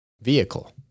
vehicle